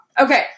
Okay